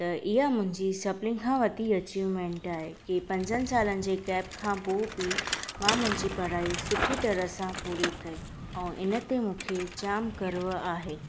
त इहा मुंहिंजी सभिनीनि खां वॾी अचीवमैंट आहे कि पंजनि सालनि जे गैप खां पोइ बि मां मुंहिंजी पढ़ाई सुठी तरह सां पूरी कई ऐं हिन ते मूंखे जाम गर्व आहे